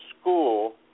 school